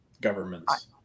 governments